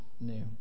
new